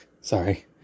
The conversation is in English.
Sorry